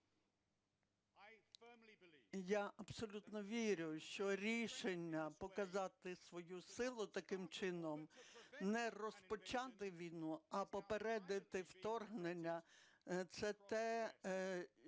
я абсолютно вірю, що рішення показати свою силу таким чином, не розпочати війну, а попередити вторгнення, - це те, про